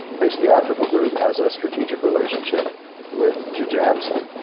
pace theatrical group, has a strategic relationship with jujamcyn,